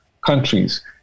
countries